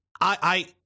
I-